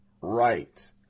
right